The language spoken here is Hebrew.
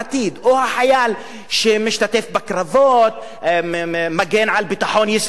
או החייל שמשתתף בקרבות ומגן על ביטחון ישראל,